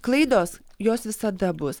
klaidos jos visada bus